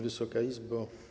Wysoka Izbo!